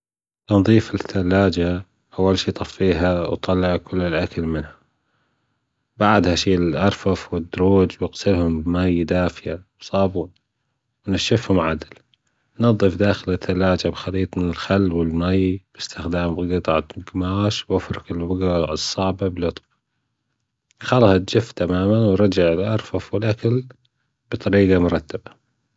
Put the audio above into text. تنظيف الثلاجة أول شي طفيها وطلع كل الأكل منها وبعدها شيل الأرفف والدروج واغسلهم بمايه دافية وصابون ونشفهم عدل نظف داخل الثلاجة بماي وخل باستخدام قطعة جماش وافرك البجع الصعبة بلطف خلص ونشف تماما ورجع الأرفف والأكل بطريجة مرتبة.